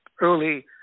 early